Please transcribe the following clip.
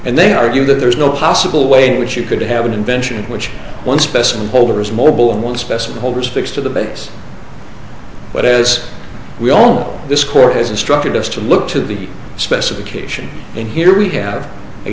and they argue that there is no possible way in which you could have an invention in which one specimen holder is mobile and will specify all respects to the base but as we all this court has instructed us to look to the specification and here we have a